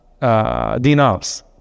dinars